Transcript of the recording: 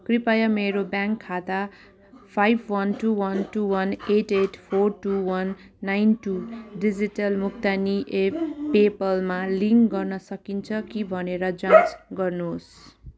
कृपया मेरो ब्याङ्क खाता five one two one two one eight eight four two one nine two digital भुक्तानी app पेपालमा लिङ्क गर्न सकिन्छ कि भनेर जाँच गर्नुहोस्